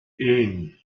één